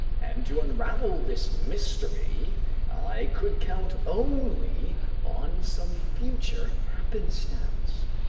and to unravel this mystery i could count only on some future happenstance.